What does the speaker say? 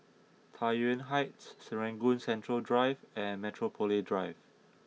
Tai Yuan Heights Serangoon Central Drive and Metropole Drive